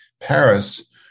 Paris